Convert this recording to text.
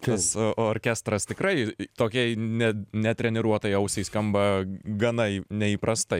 tas orkestras tikrai tokiai ne netreniruotai ausiai skamba gana neįprastai